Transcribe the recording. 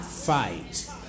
fight